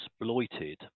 exploited